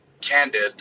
candid